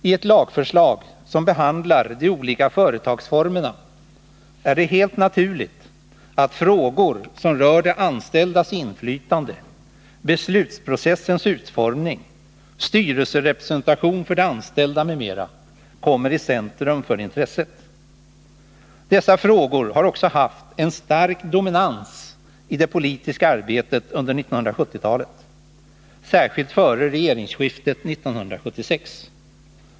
I ett lagförslag som behandlar de olika företagsformerna är det helt naturligt att frågor som rör de anställdas inflytande, beslutsprocessens utformning, styrelserepresentation för de anställda m.m. kommer i centrum för intresset. Dessa frågor har också haft en stark dominans i det politiska arbetet under 1970-talet, särskilt före regeringsskiftet 1976.